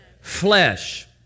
flesh